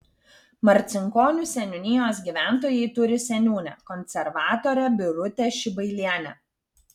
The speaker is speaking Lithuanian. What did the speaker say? marcinkonių seniūnijos gyventojai turi seniūnę konservatorę birutę šibailienę